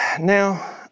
Now